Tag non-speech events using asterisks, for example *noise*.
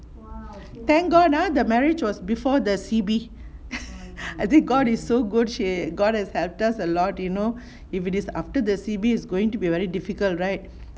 thank god ah the marriage was before the C_B *laughs* I think god is so good she god has helped us a lot you know if it is after the C_B it's going to be very difficult right